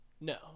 No